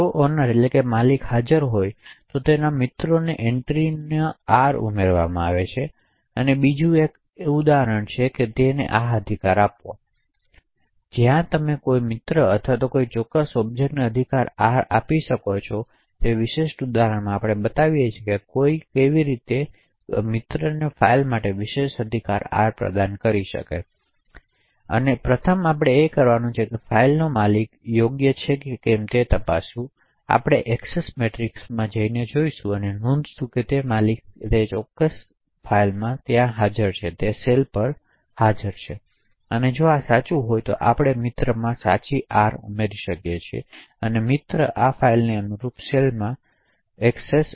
જો માલિક હાજર હોય તો તમારે તે મિત્રોની એન્ટ્રીમાં આર ઉમેરવાનો અધિકાર છે તેથી બીજું એક ઉદાહરણ છે આ અધિકાર આપવો જ્યાં તમે કોઈ મિત્ર અથવા કોઈ ચોક્કસ ઑબજેકટને અધિકાર આર આપી શકો તેથી આ વિશેષ ઉદાહરણમાં આપણે બતાવીએ છીએ કે કોઈ કેવી રીતે કરી શકે કોઈ મિત્રને ફાઇલ માટે વિશિષ્ટ અધિકાર આર પ્રદાન કરો તેથી કરવાનું પ્રથમ છે કે ફાઇલનું માલિક યોગ્ય માલિક છે કે કેમ તે તપાસવું આપણે એક્સેસ મેટ્રિક્સ જોઈને અને નોંધ્યું છે કે માલિક તે ચોક્કસમાં હાજર છે કે કેમ સેલ માલિક અને ફાઇલને અનુરૂપ છે અને જો આ સાચું છે તો આપણે મિત્રમાં સાચી આર ઉમેરી શકીએ છીએ મિત્ર ફાઇલને અનુરૂપ સેલમાં ફાઇલ કરી શકીએ છીએ